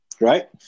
Right